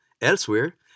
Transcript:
elsewhere